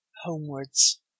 Homewards